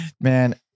man